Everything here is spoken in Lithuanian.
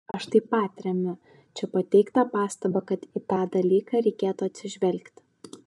aš taip pat remiu čia pateiktą pastabą kad į tą dalyką reikėtų atsižvelgti